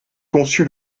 conçu